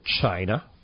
China